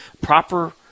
proper